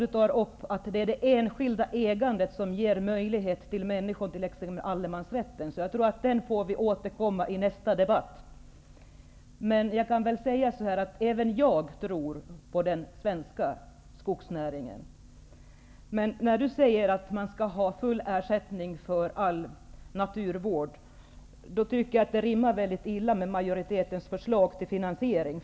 Ingvar Eriksson sade att det enskilda ägandet ger möjligheter till människor att utnyttja allemansrätten, men detta får vi återkomma till i en annan debatt. Även jag tror på den svenska skogsnäringen. Ingvar Eriksson anser att det skall betalas full ersättning för all naturvård, men det rimmar väldigt illa med majoritetens förslag till finansiering.